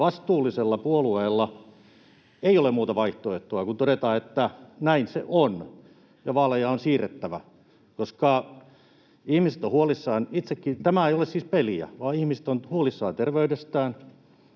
vastuullisella puolueella ei ole muuta vaihtoehtoa kuin todeta, että näin se on ja vaaleja on siirrettävä. Ihmiset ovat huolissaan itsekin. Tämä ei ole siis peliä, vaan ihmiset ovat huolissaan terveydestään,